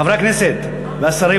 חברי הכנסת והשרים,